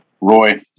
Roy